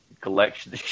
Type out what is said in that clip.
collection